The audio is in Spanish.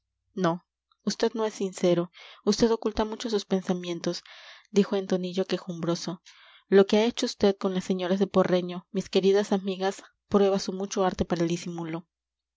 no vd no es sincero vd oculta mucho sus pensamientos dijo en tonillo quejumbroso lo que ha hecho vd con las señoras de porreño mis queridas amigas prueba su mucho arte para el disimulo